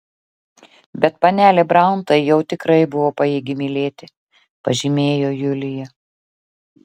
bet panelė braun tai jau tikrai buvo pajėgi mylėti pažymėjo julija